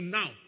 now